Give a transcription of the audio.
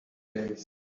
days